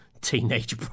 teenage